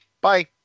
Bye